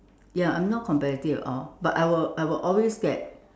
ya I'm not competitive at all but I will I will always get